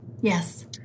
yes